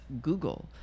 google